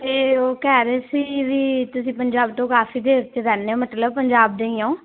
ਅਤੇ ਉਹ ਕਹਿ ਰਹੇ ਸੀ ਵੀ ਤੁਸੀਂ ਪੰਜਾਬ ਤੋਂ ਕਾਫੀ ਦੇਰ 'ਚ ਰਹਿੰਦੇ ਹੋ ਮਤਲਬ ਪੰਜਾਬ ਦੇ ਹੀ ਹੋ